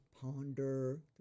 ponder